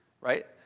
right